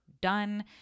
done